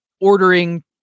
ordering